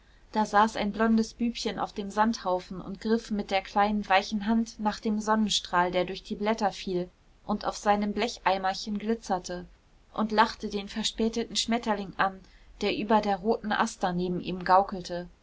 da saß ein blondes bübchen auf dem sandhaufen und griff mit der kleinen weichen hand nach dem sonnenstrahl der durch die blätter fiel und auf seinem blecheimerchen glitzerte und lachte den verspäteten schmetterling an der über der roten aster neben ihm gaukelte